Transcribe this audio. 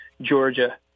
Georgia